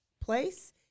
place